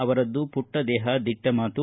ಅವರದ್ದು ಪುಟ್ವ ದೇಪ ದಿಟ್ಟ ಮಾತು